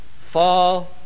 fall